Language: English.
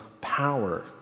power